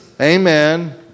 Amen